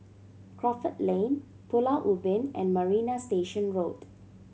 Crawford Lane Pulau Ubin and Marina Station Road